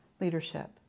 leadership